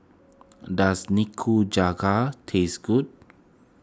does Nikujaga taste good